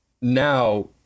now